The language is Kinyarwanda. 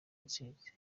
intsinzi